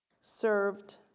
served